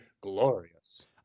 glorious